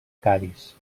cadis